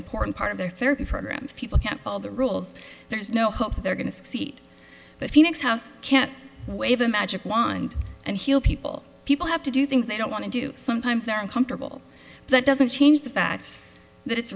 important part of their therapy program people kept all the rules there's no hope that they're going to succeed that phoenix house can't wave a magic wand and heal people people have to do things they don't want to do sometimes they're uncomfortable that doesn't change the fact that it's